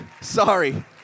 Sorry